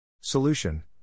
Solution